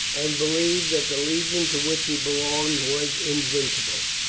and believed that the legion to which he belonged was invincible.